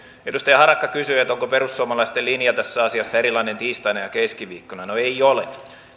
edustaja harakka kysyi onko perussuomalaisten linja tässä asiassa erilainen tiistaina ja keskiviikkona no ei ole